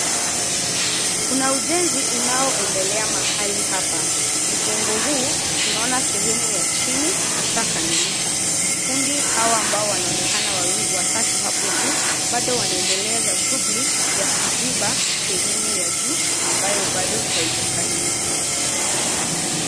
Kuna ujenzi unaoendelea mahali hapa. Mjengo huu, tunaona sehemu ya chini ishakamilika. Fundi hawa ambao wanaonekana wawili watatu hapo juu, bado wanaendelea na shughuli ya kuziba sehemu ya juu ambayo bado haijakamilika.